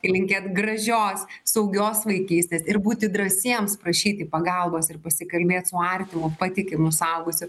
ir linkėt gražios saugios vaikystės ir būti drąsiems prašyti pagalbos ir pasikalbėt su artimu patikimu suaugusiu